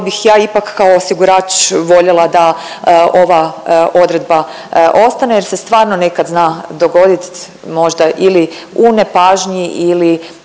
bih ja ipak kao osigurač voljela da ova odredba ostane jer se stvarno nekad zna dogodit možda ili u nepažnji ili